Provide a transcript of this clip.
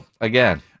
again